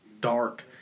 dark